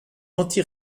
anti